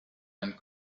and